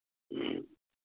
ꯎꯝ